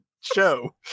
show